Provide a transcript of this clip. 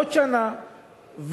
עוד שנה,